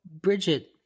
Bridget